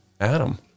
Adam